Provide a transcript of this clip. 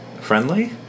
friendly